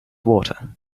water